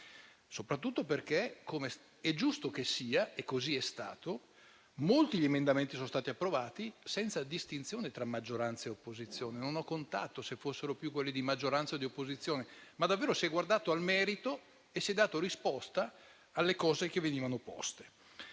soprattutto perché - com'è giusto che sia e così è stato - molti degli emendamenti sono stati approvati senza distinzione tra maggioranza e opposizione. Non ho contato se fossero più quelli di maggioranza o di opposizione, ma davvero si è guardato al merito e si è dato risposta alle istanze che venivano poste.